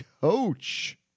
coach